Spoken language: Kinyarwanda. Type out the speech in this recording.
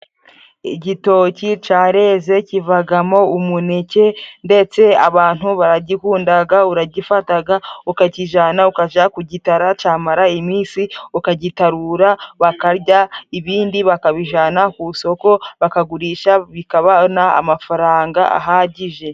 Igitoki careze kivagamo umuneke ndetse abantu baragikundaga, uragifataga ukakijana ukajya kugitara, cyamara iminsi ukagitarura bakarya, ibindi bakabijana ku isoko bakagurisha bikabona amafaranga ahagije.